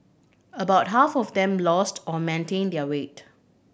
about half of them lost or maintained their weight